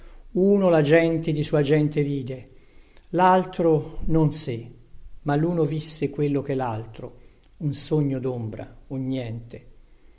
uno la gente di sua gente vide laltro non sé ma luno visse quello che laltro un sogno dombra un niente